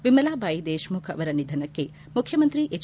ವಿಮಲಾಬಾಯಿ ದೇಶ್ಮುಖ್ ಅವರ ನಿಧನಕ್ಕೆ ಮುಖ್ಯಮಂತ್ರಿ ಎಚ್